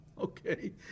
Okay